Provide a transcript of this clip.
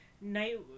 Night